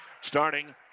starting